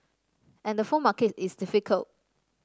and the phone market is difficult